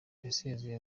yasezeye